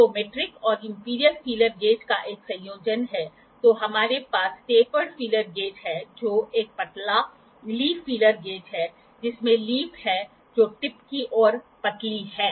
तो मीट्रिक और imperial feeler gauge का एक संयोजन है तो हमारे पास टेपर्ड फीलर गेज है जो एक पतला लीफ फीलर गेज है जिसमें लीफ है जो टिप की ओर पतली है